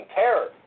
terror